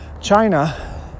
China